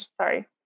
sorry